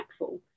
impactful